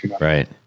Right